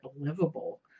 livable